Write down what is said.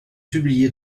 publiés